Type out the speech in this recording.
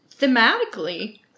Thematically